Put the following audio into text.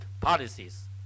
policies